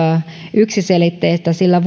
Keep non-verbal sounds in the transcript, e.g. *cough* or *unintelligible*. yksiselitteistä sillä *unintelligible*